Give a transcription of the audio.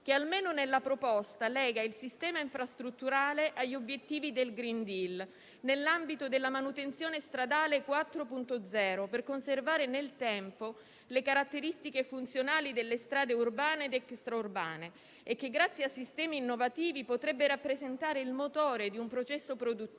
che, almeno nella proposta, lega il sistema infrastrutturale agli obiettivi del *green deal* nell'ambito della manutenzione stradale 4.0 per conservare nel tempo le caratteristiche funzionali delle strade urbane ed extraurbane e che, grazie a sistemi innovativi, potrebbe rappresentare il motore di un processo produttivo